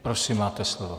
Prosím, máte slovo.